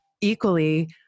equally